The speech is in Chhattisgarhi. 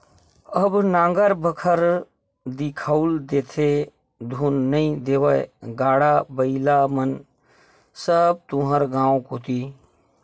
अब नांगर बखर दिखउल देथे धुन नइ देवय गाड़ा बइला मन सब तुँहर गाँव कोती